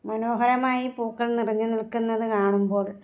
മനോഹരമായി പൂക്കൾ നിറഞ്ഞു നിൽക്കുന്നത് കാണുമ്പോൾ